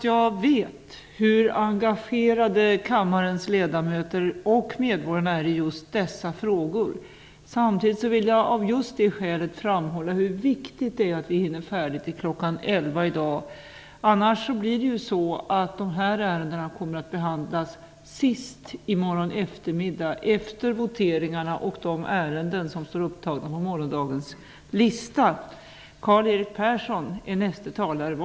Jag vet hur engagerade kammarens ledamöter och medborgarna är i just dessa frågor. Samtidigt vill jag av det skälet framhålla hur viktigt det är att vi hinner färdigt till kl. 23.00 i dag. Annars kommer detta ärende att behandlas sist i morgon eftermiddag efter voteringarna och de ärenden som står upptagna på morgondagens lista.